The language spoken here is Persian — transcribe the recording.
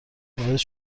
باعث